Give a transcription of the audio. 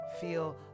feel